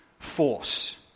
force